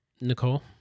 Nicole